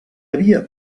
havia